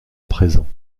présents